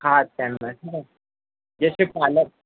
हां जैसे पालक